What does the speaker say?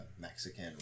Mexican